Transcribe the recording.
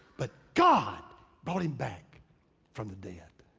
but god brought him back from the dead.